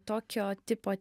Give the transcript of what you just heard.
tokio tipo